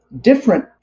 different